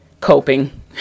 coping